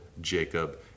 Jacob